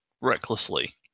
recklessly